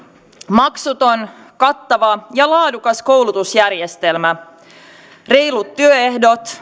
maksuton kattava ja laadukas koulutusjärjestelmä reilut työehdot